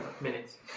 Minutes